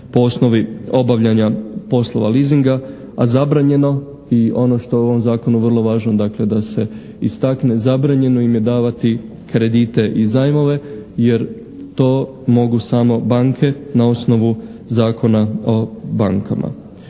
po osnovi obavljanja poslova leasinga, a zabranjeno i ono što je u ovom zakonu vrlo važno dakle da se istakne, zabranjeno im je davati kredite i zajmove jer to mogu samo banke na osnovu Zakona o bankama.